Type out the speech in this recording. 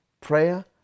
prayer